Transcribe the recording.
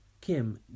Kim